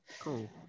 Cool